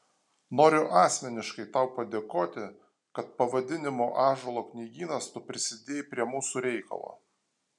noriu asmeniškai tau padėkoti kad pavadinimu ąžuolo knygynas tu prisidėjai prie mūsų reikalo